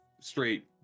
straight